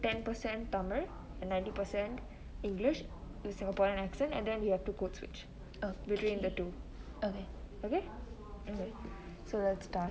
ten percent tamil and ninety percent english to singaporean accent and then you have to codswitch ugh between the two okay so let's start